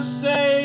say